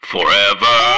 Forever